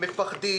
מפחדים,